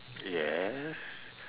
yes